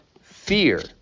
fear